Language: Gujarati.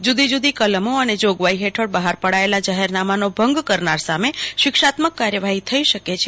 જુદી જુદી કલમો અને જોગવાઇ ફેઠળ બફાર પડાએલા જાફેરનામાનો ભંગ કરનાર સામે શિક્ષાત્મક કાર્યવાફી થઇ શકે છે